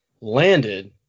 landed